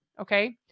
okay